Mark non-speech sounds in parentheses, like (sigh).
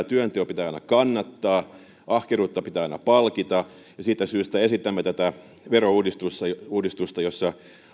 (unintelligible) työnteon pitää aina kannattaa ahkeruutta pitää aina palkita siitä syystä esitämme verouudistusta jossa